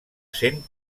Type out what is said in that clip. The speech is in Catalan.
cent